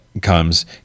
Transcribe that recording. Comes